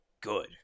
good